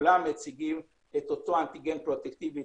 כולם מציגים את אותו אנטיגן פרוטקטיבי,